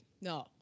no